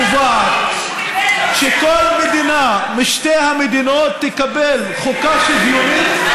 החלטת החלוקה קובעת שכל מדינה משתי המדינות תקבל חוקה שוויונית,